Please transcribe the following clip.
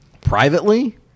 Privately